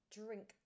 drink